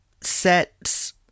sets